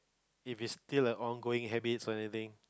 if it's still a on going habits or anything